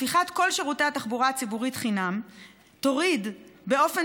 הפיכת כל שירותי התחבורה הציבורית לחינמיים תוריד באופן